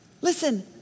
Listen